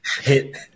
hit